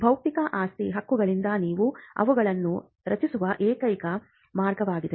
ಬೌದ್ಧಿಕ ಆಸ್ತಿ ಹಕ್ಕುಗಳಿಂದ ನೀವು ಅವುಗಳನ್ನು ರಕ್ಷಿಸುವ ಏಕೈಕ ಮಾರ್ಗವಾಗಿದೆ